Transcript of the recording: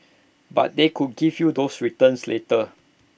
but they could give you those returns later